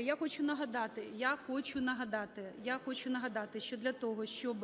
Я хочу нагадати, що для того, щоб